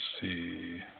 see